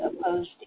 opposed